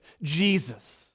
Jesus